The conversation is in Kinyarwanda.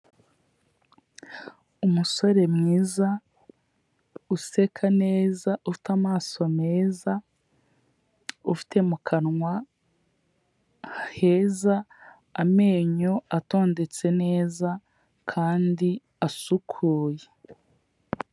Umusore mwiza, useka neza, ufite amaso meza, ufite mu kanwa heza, amenyo atondetse neza, kandi asukuye.